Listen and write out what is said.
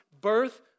birth